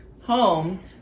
home